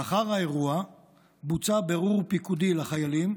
לאחר האירוע בוצע בירור פיקודי לחיילים,